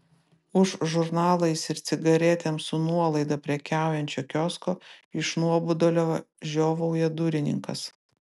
už žurnalais ir cigaretėm su nuolaida prekiaujančio kiosko iš nuobodulio žiovauja durininkas